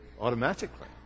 automatically